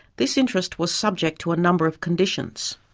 this interest was subject to a number of conditions